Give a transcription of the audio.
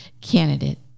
candidate